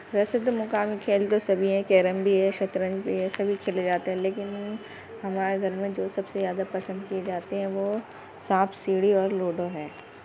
ویسے تو مقامی کھیل تو سبھی ہیں کیرم بھی ہے شطرنج بھی ہے سبھی کھیلے جاتے ہیں لیکن ہمارے گھر میں جو سب سے زیادہ پسند کیے جاتے ہیں وہ سانپ سیڑھی اور لوڈو ہے